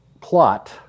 plot